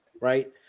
right